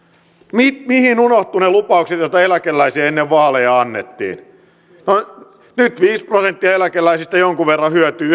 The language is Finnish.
mihin mihin unohtuivat ne lupaukset joita eläkeläisille ennen vaaleja annettiin nyt viisi prosenttia eläkeläisistä jonkun verran hyötyy